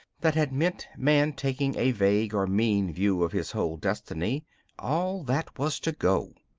that had meant man taking a vague or mean view of his whole destiny all that was to go.